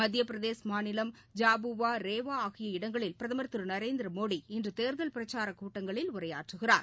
மத்தியபிரதேஷ் மாநிலம் ஜாபுவா ரேவாஆகிய இடங்களில் பிரதமர் திருநரேந்திரமோடி இன்றுதேர்தல் பிரச்சாரக் கூட்டங்களில் உரையாற்றுகிறார்